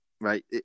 Right